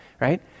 right